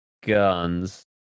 guns